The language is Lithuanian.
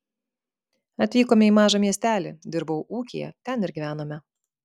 atvykome į mažą miestelį dirbau ūkyje ten ir gyvenome